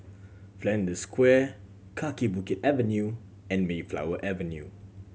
Flanders Square Kaki Bukit Avenue and Mayflower Avenue